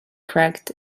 cracked